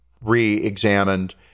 re-examined